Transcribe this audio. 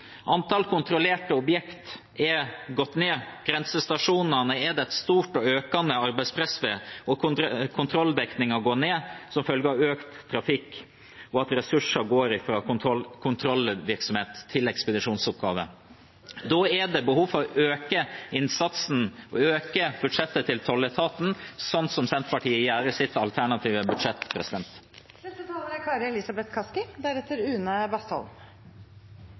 kontrollerte objekter har gått ned. Ved grensestasjonene er det et stort og økende arbeidspress og kontrolldekningen går ned som følge av økt trafikk, og ressurser går fra kontrollvirksomhet til ekspedisjonsoppgaver. Da er det behov for å øke innsatsen, å øke budsjettet til tolletaten, slik Senterpartiet gjør i sitt alternative budsjett.